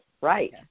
right